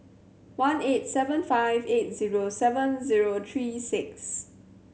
one eight seven five eight zero seven zero three six